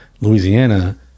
louisiana